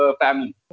family